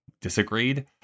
disagreed